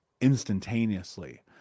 instantaneously